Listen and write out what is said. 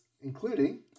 including